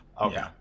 Okay